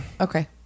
okay